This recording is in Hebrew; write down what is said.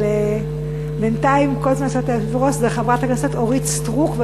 זה חברת הכנסת אורית סטרוּק,